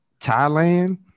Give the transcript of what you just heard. Thailand